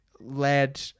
Led